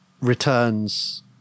returns